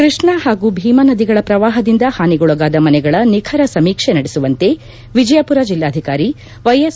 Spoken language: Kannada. ಕೃಷ್ಣಾ ಹಾಗೂ ಭೀಮಾ ನದಿಗಳ ಕ್ರವಾಪದಿಂದ ಹಾನಿಗೊಳಗಾದ ಮನೆಗಳ ನಿಖರ ಸಮೀಕ್ಷೆ ನಡೆಸುವಂತೆ ವಿಜಯಪುರ ಜಿಲ್ಲಾಧಿಕಾರಿ ವ್ಯೆಎಸ್